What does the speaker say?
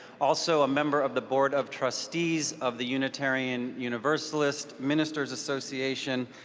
also a member of the board of trustees of the unitarian universalist minister's association,